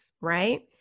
right